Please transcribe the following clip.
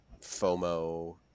fomo